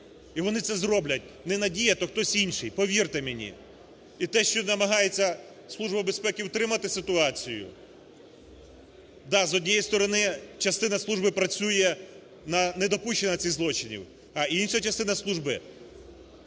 і вони це зроблять, не Надія, то хтось інший, повірте мені. І те, що намагається Служба безпеки втримати ситуацію, да, з однієї сторони, частина служби працює на недопущення цих злочинів, а інша частина служби -